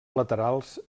laterals